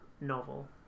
novel